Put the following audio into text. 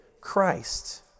Christ